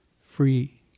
free